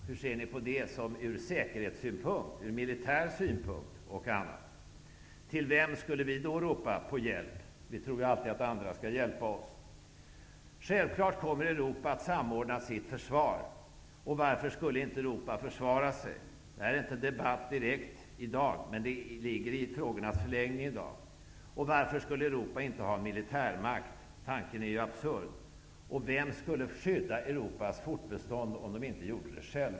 Hur ser ni det ur säkerhetssynpunkt, ur militär synpunkt m.m.? Till vem skulle vi då ropa på hjälp? Vi tror ju alltid att andra skall hjälpa oss. Självfallet kommer Europa att samordna sitt försvar, och varför skulle inte Europa försvara sig? Det hör inte direkt till debatten i dag, men det ligger i frågans förlängning. Och varför skulle inte Europa ha en militärmakt? Tanken är absurd. Vem skulle skydda Europas fortbestånd om länderna inte gjorde det själva?